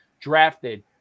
drafted